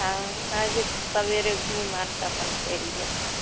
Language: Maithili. हँ अएबै तऽ सबेरे घुमि आओरकऽ अपन चलि जाएब